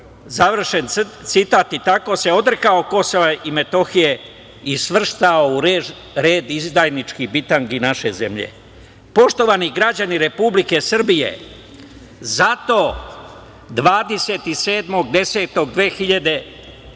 završen citat i tako se odrekao Kosova i Metohije i svrstao u red izdajničkih bitangi naše zemlje. Poštovani građani Republike Srbije, zato 27.